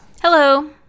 Hello